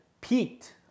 peaked